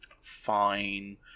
fine